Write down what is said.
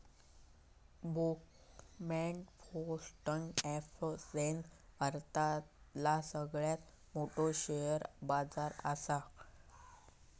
Bombay stock exchange भारतातला सगळ्यात मोठो शेअर बाजार असा